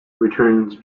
returns